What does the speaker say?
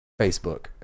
Facebook